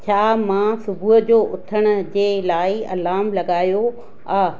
छा मां सुबुह जो उथण जे लाइ अलार्म लॻायो आहे